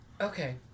Okay